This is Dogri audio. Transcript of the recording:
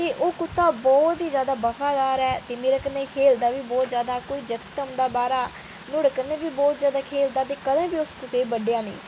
ते ओह् कुत्ता बहुत ही जैदा वफादार ऐ ते मेरे कन्नै खेढदा बी बहुत जैदा कोई जाग्त औंदा बाहरा दा न्हाड़े कन्नै बी खेढदा ते कदें बी उस कुसै गी बड्ढेआ नेईं